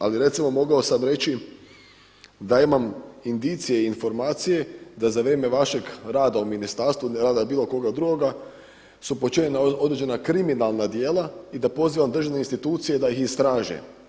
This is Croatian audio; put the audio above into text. Ali recimo mogao sam reći da imam indicije i informacije da za vrijeme vašega rada u ministarstvu ili rada bilo koga drugoga su počinjena određena kriminalna djela i da pozivam državne institucije da ih istraže.